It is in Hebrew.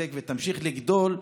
להתחזק ותמשיך לגדול,